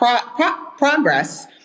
progress